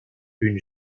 une